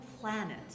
planet